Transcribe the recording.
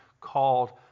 called